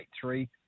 three